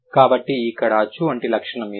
కాబట్టి ఇక్కడ అచ్చు వంటి లక్షణం ఎందుకు